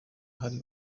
hari